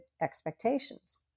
expectations